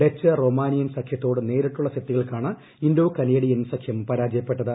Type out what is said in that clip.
Dutch Romanian സഖ്യത്തോട് നേരിട്ടുള്ള സെറ്റുകൾക്കാണ് ഇന്തോ കനേഡിയൻ സഖ്യം പരാജയപ്പെട്ടത്